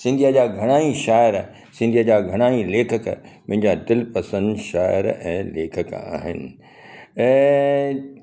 सिंधीअ जा घणा ई शायर सिंधीअ जा घणा ई लेखक मुंहिंजा दिलि पसंदि शायर ऐं लेखक आहिनि ऐं